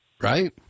Right